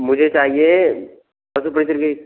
मुझे चाहिए की